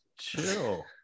Chill